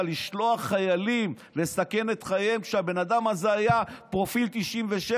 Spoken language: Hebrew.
לשלוח חיילים לסכן את חייהם כשהבן אדם הזה היה פרופיל 97,